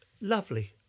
lovely